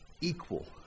equal